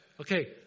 Okay